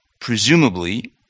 Presumably